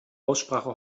aussprache